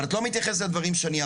אבל את לא מתייחסת לדברים שאני אמרתי.